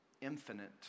infinite